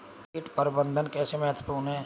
कीट प्रबंधन कैसे महत्वपूर्ण है?